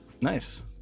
nice